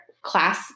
class